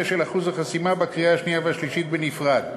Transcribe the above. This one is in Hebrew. של אחוז החסימה לקריאה השנייה והשלישית בנפרד,